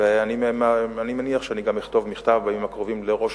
ואני מניח שאני גם אכתוב מכתב בימים הקרובים לראש